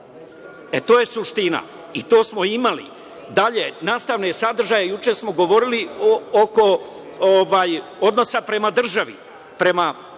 E, to je suština i to smo imali. Dalje, nastavne sadržaje, juče smo govorili oko odnosa prema državi, prema